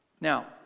Now